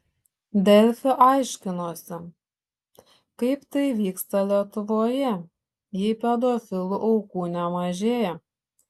delfi aiškinosi kaip tai vyksta lietuvoje jei pedofilų aukų nemažėja